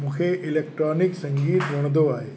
मूंखे इलेक्ट्रॉनिक संगीत वणंदो आहे